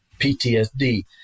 PTSD